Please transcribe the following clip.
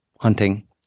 hunting